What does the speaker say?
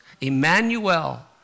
Emmanuel